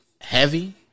heavy